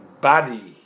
body